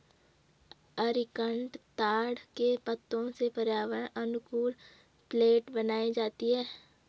areca nut ताड़ के पत्तों से पर्यावरण अनुकूल प्लेट बनाई जाती है